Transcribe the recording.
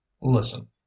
Listen